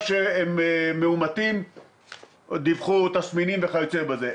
שהם מאומתים כי הם דיווחו על תסמינים וכיוצא באלה,